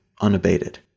unabated